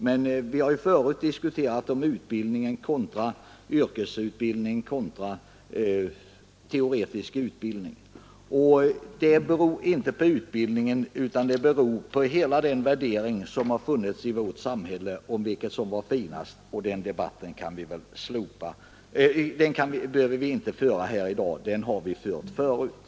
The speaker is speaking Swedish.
Men vi har förut diskuterat yrkesutbildning kontra teoretisk utbildning, och utvecklingen i detta avseende beror inte på utbildningarna som sådana utan på hela den värdering som har funnits i vårt samhälle om vilket som är ”finast”. Den debatten behöver vi alltså inte föra här i dag — den har vi fört förut.